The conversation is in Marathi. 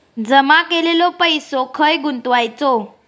जमा केलेलो पैसो खय गुंतवायचो?